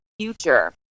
future